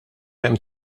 hemm